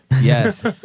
Yes